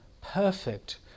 perfect